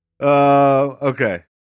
Okay